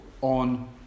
on